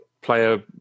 player